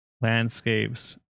landscapes